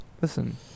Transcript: listen